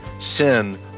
sin